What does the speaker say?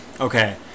Okay